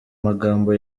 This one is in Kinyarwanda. magambo